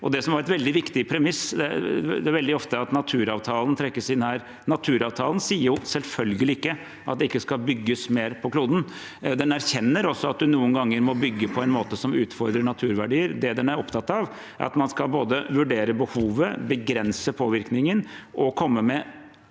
Det er veldig ofte at naturavtalen trekkes inn her. Naturavtalen sier selvfølgelig ikke at det ikke skal bygges mer på kloden. Den erkjenner også at det noen ganger må bygges på en måte som utfordrer naturverdier. Det den er opptatt av, er at man skal både vurdere behovet, begrense påvirkningen og komme med